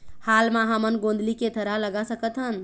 हाल मा हमन गोंदली के थरहा लगा सकतहन?